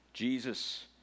Jesus